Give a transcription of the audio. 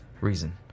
reason